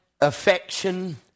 affection